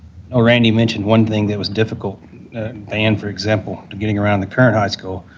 ah randy mentioned one thing that was difficult band, for example, getting around the current high school.